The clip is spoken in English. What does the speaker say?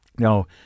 Now